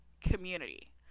community